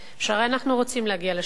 הרי אנחנו רוצים להגיע לשלום.